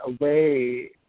away